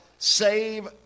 save